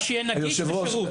רק שיהיה נגיש בשירות.